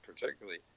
particularly